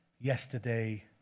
yesterday